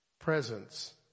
Presence